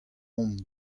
hon